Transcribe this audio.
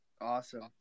Awesome